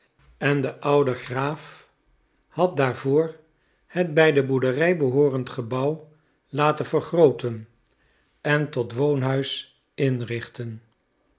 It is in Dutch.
en de oude graat had daarvoor het bij de boerderij behoorend gebouw laten vergrooten en tot woonhuis inrichten